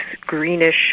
greenish